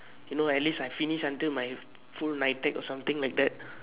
you know at least I finish until my full N_I_T_E_C or something like that